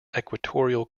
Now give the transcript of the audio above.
equatorial